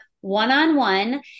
one-on-one